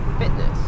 fitness